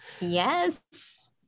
Yes